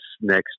next